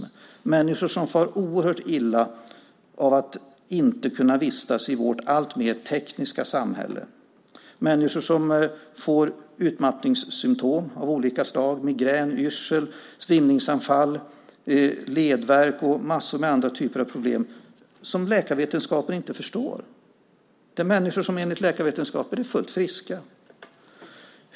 Det handlar om människor som far oerhört illa av att inte kunna vistas i vårt alltmer tekniska samhälle, människor som får utmattningssymtom av olika slag - migrän, yrsel, svimningsanfall, ledvärk och andra problem - som läkarvetenskapen inte förstår. Det är människor som enligt läkarvetenskapen är fullt friska.